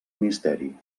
misteri